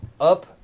up